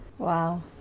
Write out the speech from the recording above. Wow